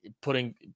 putting